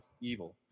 evil